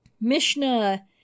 Mishnah